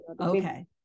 Okay